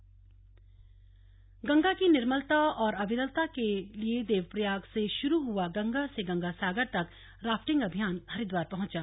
गंगा आमंत्रण गंगा की निर्मलता और अविरलता के लिए देवप्रयाग से शुरू हुआ गंगा से गंगा सागर तक राफ्टिंग अभियान हरिद्वार पहुंचा